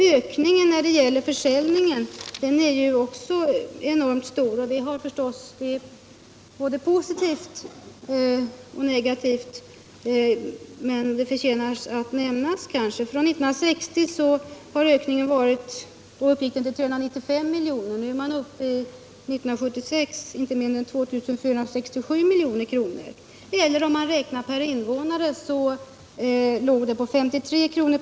Ökningen av försäljningen är också enormt stor, vilket är både positivt och negativt. Men det förtjänar nämnas att försäljningen från 1960 ökat från 395 miljoner för att år 1976 vara uppe i inte mindre än 4 467 milj.kr. Om man räknar per invånare låg siffrorna på 53 kr.